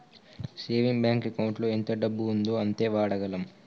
saving bank ఎకౌంటులో ఎంత డబ్బు ఉందో అంతే వాడగలం